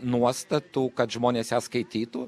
nuostatų kad žmonės ją skaitytų